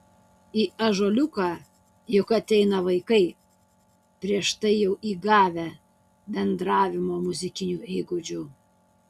į ąžuoliuką juk ateina vaikai prieš tai jau įgavę bendravimo muzikinių įgūdžių